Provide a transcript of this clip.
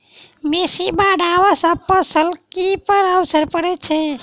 बेसी बाढ़ आबै सँ फसल पर की असर परै छै?